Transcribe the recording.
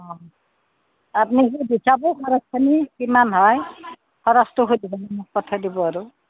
অঁ আপনি হিচাপ কৰি খৰচখিনি কিমান হয় খৰচটো সুধি পেলাই পঠাই দিব আৰু